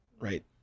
right